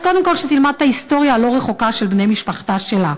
אז קודם כול שתלמד את ההיסטוריה הלא-רחוקה של בני משפחתה שלה.